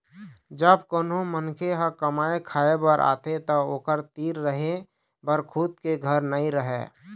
जब कोनो मनखे ह कमाए खाए बर आथे त ओखर तीर रहें बर खुद के घर नइ रहय